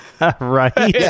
right